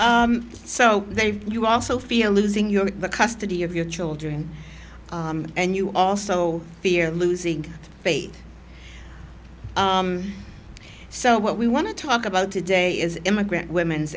i'm so they've you also feel losing your custody of your children and you also fear losing faith so what we want to talk about today is immigrant women's